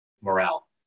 morale